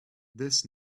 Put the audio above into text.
this